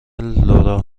لورا